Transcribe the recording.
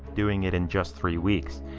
doing it in just three weeks.